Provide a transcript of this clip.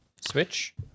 switch